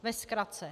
Ve zkratce.